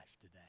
today